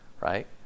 right